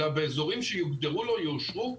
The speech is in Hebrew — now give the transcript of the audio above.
אלא באזורים שיוגדרו לו ויאושרו.